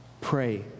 Pray